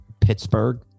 Pittsburgh